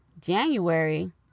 January